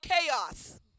chaos